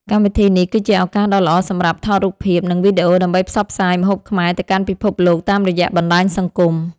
កម្មវិធីនេះគឺជាឱកាសដ៏ល្អសម្រាប់ថតរូបភាព និងវីដេអូ ដើម្បីផ្សព្វផ្សាយម្ហូបខ្មែរទៅកាន់ពិភពលោកតាមរយៈបណ្ដាញសង្គម។